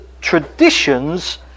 traditions